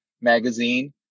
magazine